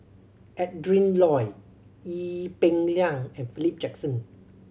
Adrin Loi Ee Peng Liang and Philip Jackson